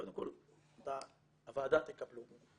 קודם כל אתם, הוועדה, תקבלו.